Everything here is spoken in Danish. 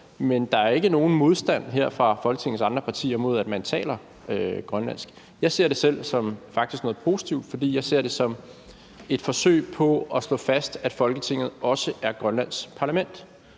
det. Der er ikke nogen modstand her fra Folketingets andre partier mod, at man taler grønlandsk. Jeg ser det faktisk selv som noget positivt, for jeg ser det som et forsøg på at slå fast, at Folketinget også er Grønlands parlament,